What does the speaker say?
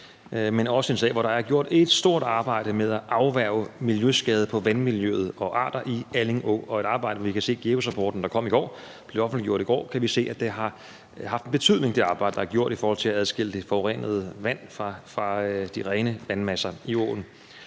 men også en sag, hvor der er gjort et stort arbejde med at afværge miljøskader på vandmiljøet og arter i Alling Å – et arbejde, som vi kan se af GEUS-rapporten, der blev offentliggjort i går, har haft en betydning i forhold til at adskille det forurenede vand fra de rene vandmasser i åen.